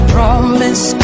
Promise